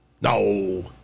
no